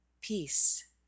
peace